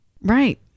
right